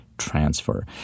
transfer